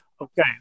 Okay